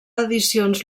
edicions